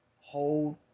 hold